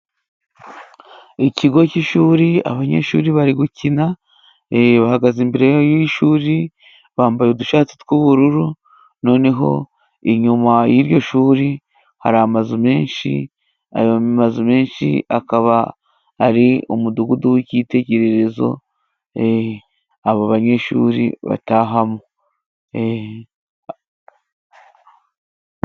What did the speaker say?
Ikigo cy'ishuri abanyeshuri bari gukina, bahagaze imbere y'ishuri, bambaye udushati twubururu, noneho inyuma y'iryo shuri hari amazu menshi, ayomazu menshi akaba ari umudugudu wicyitegererezo abo banyeshuri batahamo.